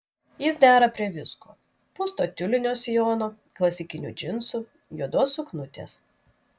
jis dera prie visko pūsto tiulinio sijono klasikinių džinsų juodos suknutės